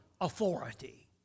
authority